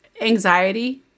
anxiety